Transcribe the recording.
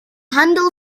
handle